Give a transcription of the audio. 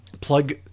plug